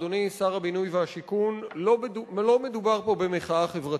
אדוני שר הבינוי והשיכון: לא מדובר פה במחאה חברתית,